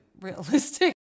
realistic